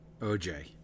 OJ